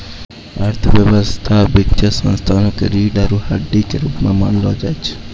अर्थव्यवस्था ल वित्तीय संस्थाओं क रीढ़ र हड्डी के रूप म मानलो जाय छै